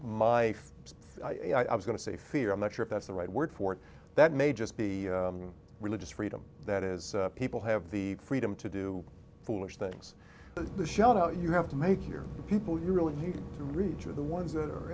my if i was going to say fear i'm not sure if that's the right word for it that may just be religious freedom that is people have the freedom to do foolish things to shout out you have to make your people you really need to reach are the ones that are